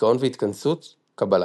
דכאון והתכנסות, קבלה.